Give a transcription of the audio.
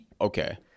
Okay